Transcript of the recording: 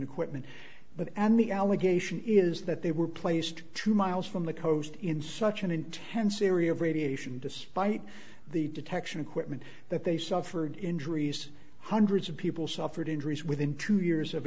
equipment but and the allegation is that they were placed two miles from the coast in such an intense syria of radiation despite the detection equipment that they suffered injuries hundreds of people suffered injuries within two years of